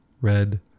red